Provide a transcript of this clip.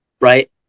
right